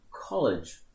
college